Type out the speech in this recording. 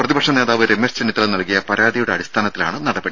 പ്രതിപക്ഷനേതാവ് രമേശ് ചെന്നിത്തല നൽകിയ പരാതിയുടെ അടിസ്ഥാനത്തിലാണ് നടപടി